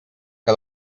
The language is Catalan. que